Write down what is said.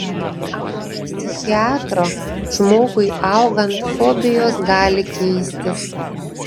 anot psichiatro žmogui augant fobijos gali keistis